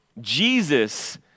Jesus